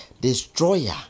Destroyer